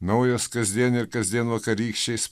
naujos kasdien ir kasdien vakarykščiais